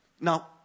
Now